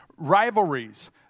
rivalries